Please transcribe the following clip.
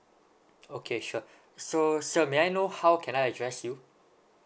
okay sure so sir may I know how can I address you